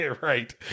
right